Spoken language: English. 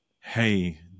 hey